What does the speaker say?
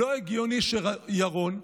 לא הגיוני שכשירון,